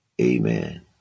Amen